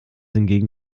hingegen